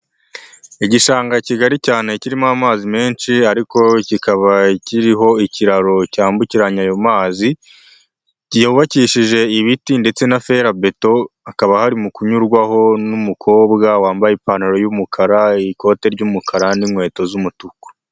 Igishanga kigari cyane kirimo amazi menshi ariko kikaba kiriho ikiraro cyambukiranya ayo mazi, cyubakishije ibiti ndetse na ferabeto hakaba harimo kunyurwaho n'umukobwa wambaye ipantaro y'umukara n'iikote ry'umukara n'inkweto z'umutuku.